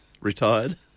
retired